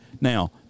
Now